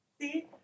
See